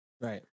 Right